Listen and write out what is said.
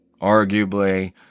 arguably